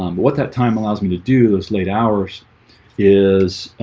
um what that time allows me to do those late hours is